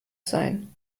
sein